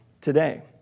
today